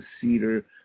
cedar